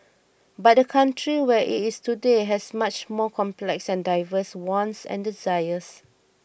but the country where it is today has much more complex and diverse wants and desires